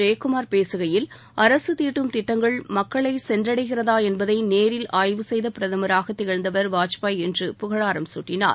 ஜெயக்குமார் பேசுகையில் அரசு தீட்டும் திட்டங்கள் மக்களை சென்றடைகிறதா என்பதை நேரில் ஆய்வு செய்த பிரதமராக திகழ்ந்தவர் வாஜ்பாய் என்று புகழாரம் சூட்டினார்